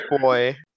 boy